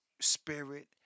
Spirit